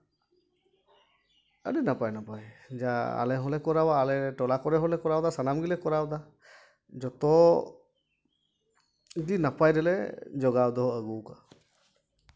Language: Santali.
ᱟᱹᱰᱤ ᱱᱟᱯᱟᱭ ᱱᱟᱯᱟᱭ ᱡᱟᱦᱟᱸ ᱟᱞᱮ ᱦᱚᱸᱞᱮ ᱠᱚᱨᱟᱣᱟ ᱟᱞᱮ ᱴᱚᱞᱟ ᱠᱚᱨᱮ ᱦᱚᱸᱞᱮ ᱠᱚᱨᱟᱣᱫᱟ ᱥᱟᱱᱟᱢ ᱜᱮᱞᱮ ᱠᱚᱨᱟᱣᱫᱟ ᱡᱚᱛᱚ ᱜᱮ ᱱᱟᱯᱟᱭ ᱨᱮᱞᱮ ᱡᱚᱜᱟᱣ ᱫᱚᱦᱚ ᱟᱹᱜᱩᱣ ᱠᱟᱜᱼᱟ